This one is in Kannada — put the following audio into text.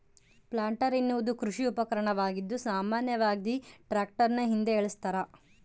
ಪ್ಲಾಂಟರ್ ಎನ್ನುವುದು ಕೃಷಿ ಉಪಕರಣವಾಗಿದ್ದು ಸಾಮಾನ್ಯವಾಗಿ ಟ್ರಾಕ್ಟರ್ನ ಹಿಂದೆ ಏಳಸ್ತರ